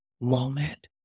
moment